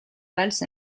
valses